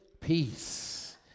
peace